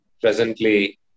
presently